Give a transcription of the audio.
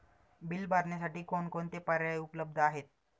Bill भरण्यासाठी कोणकोणते पर्याय उपलब्ध आहेत?